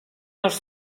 nas